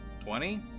Twenty